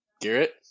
Garrett